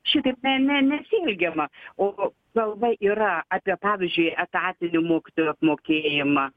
šitaip ne ne nesielgiama o kalba yra apie pavyzdžiui etatinį mokytojų apmokėjimą